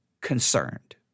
concerned